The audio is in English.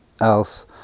else